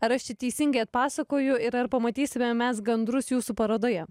ar aš čia teisingą atpasakoju ir ar pamatysime mes gandrus jūsų parodoje